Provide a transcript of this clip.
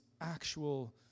actual